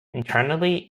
internally